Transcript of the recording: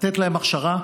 לתת להן הכשרה,